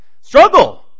struggle